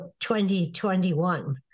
2021